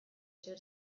zer